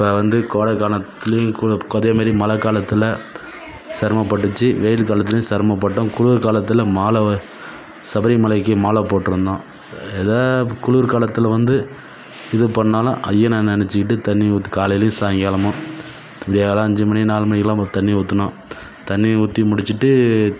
இப்போ வந்து கோடைக்காலத்திலியும் அதே மாதிரி மழைக் காலத்தில் சிரமப்பட்டுச்சி வெயில் காலத்துலேயும் சிரமப்பட்டோம் குளிர் காலத்தில் மாலை சபரிமலைக்கு மாலை போட்டுருந்தோம் எதோ குளிர் காலத்தில் வந்து இது பண்ணாலும் ஐயனை நினச்சிக்கிட்டு தண்ணி ஊத் காலைலேயும் சாயங்காலமும் விடிய காலை அஞ்சு மணி நாலு மணிக்குலாம் தண்ணி ஊற்றணும் தண்ணி ஊற்றி முடித்துட்டு